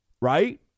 Right